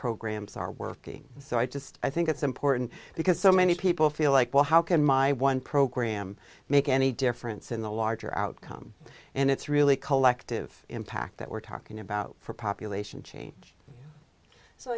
programs are working so i just i think it's important because so many people feel like well how can my one program make any difference in the larger outcome and it's really collective impact that we're talking about for population change so